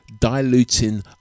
diluting